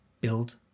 build